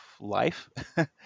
life